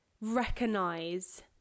recognize